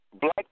black